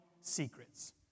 Secrets